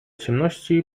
ciemności